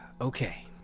Okay